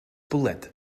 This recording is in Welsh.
bwled